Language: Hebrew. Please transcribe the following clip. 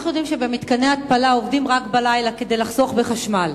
אנחנו יודעים שבמתקני התפלה עובדים רק בלילה כדי לחסוך בחשמל.